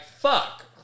fuck